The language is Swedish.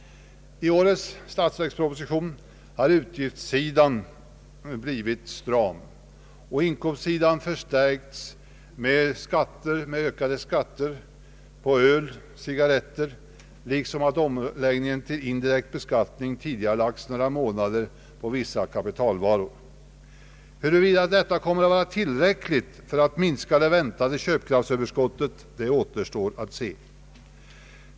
I årets statsverksproposition har utgiftssidan blivit stram och inkomstsidan förstärkts med ökade skatter på öl och cigarretter. Omläggningen till indirekt beskattning har också tidigare Statsverkspropositionen m.m. lagts några månader på vissa kapitalvaror. Huruvida detta kommer att vara tillräckligt för att minska det väntade köpkraftsöverskottet återstår att se.